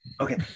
Okay